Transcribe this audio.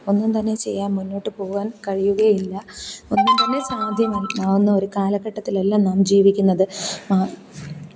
ഒന്നും തന്നെ ചെയ്യാന് മുന്നോട്ട് പോവാന് കഴിയുകയില്ല ഒന്നും തന്നെ സാധ്യമാവുന്ന ഒരു കാലഘട്ടത്തിലല്ല നാം ജീവിക്കുന്നത്